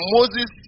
Moses